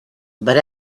but